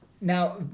now